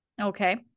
Okay